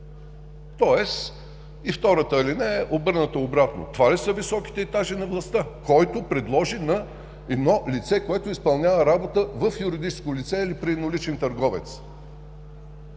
тоест и втората алинея обърната обратно. Това ли са високите етажи на властта? – Който предложи на едно лице, което изпълнява работа в юридическо лице или при едноличен търговец?